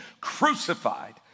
crucified